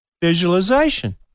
visualization